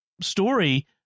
story